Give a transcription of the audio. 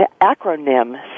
acronym